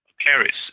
Paris